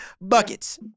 buckets